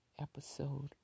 episode